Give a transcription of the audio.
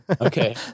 Okay